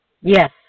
Yes